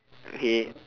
okay